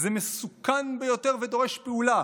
זה מסוכן ביותר ודורש פעולה".